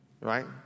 right